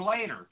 later